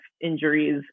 injuries